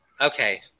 Okay